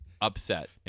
upset